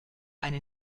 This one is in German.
eine